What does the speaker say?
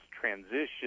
transition